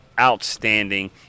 Outstanding